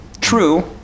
true